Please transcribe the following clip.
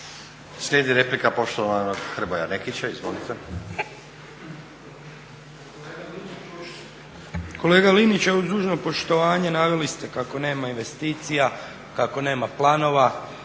Slijedi replika poštovanog Hrvoja Nekića. Izvolite. **Nekić, Hrvoje (SDP)** Kolega Linić, uz dužno poštovanje naveli ste kako nema investicija, kako nema planova,